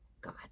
God